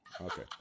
Okay